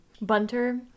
Bunter